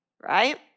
right